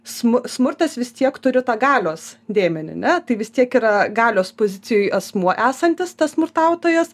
smu smurtas vis tiek turi tą galios dėmenį ne tai vis tiek yra galios pozicijoj asmuo esantis tas smurtautojas